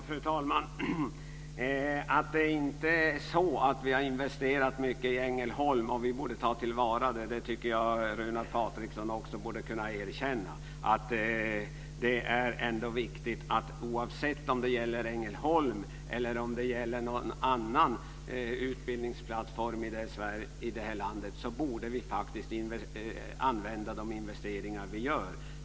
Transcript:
Fru talman! Att det är så att vi har investerat mycket i Ängelholm och borde ta till vara det tycker jag att Runar Patriksson också borde kunna erkänna. Oavsett om det gäller Ängelholm eller om det gäller någon annan utbildningsplattform i vårt land borde vi faktiskt använda de investeringar som görs.